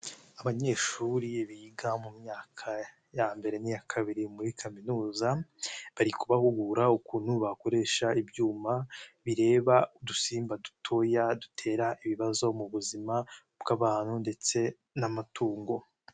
Abanyeshuri biga mu myaka ya mbere n'iya kabiri muri Kaminuza bari kubahugura ukuntu bakoresha ibyuma bireba udusimba dutoya dutera ibibazo mu buzima bw'abantu ndetse n'amatungo.